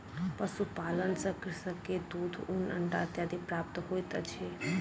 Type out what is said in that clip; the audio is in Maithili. पशुपालन सॅ कृषक के दूध, ऊन, अंडा इत्यादि प्राप्त होइत अछि